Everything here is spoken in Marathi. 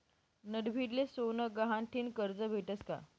नडभीडले सोनं गहाण ठीन करजं भेटस का?